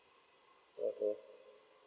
okay